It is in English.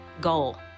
goal